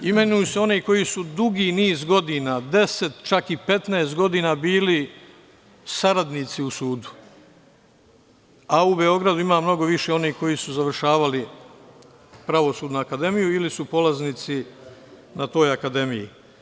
Imenuju se oni koji su dugi niz godina, 10, čak i 15 godina bili saradnici u sudu, a u Beogradu ima mnogo više onih koji su završavali Pravosudnu akademiju ili su polaznici na toj akademiji.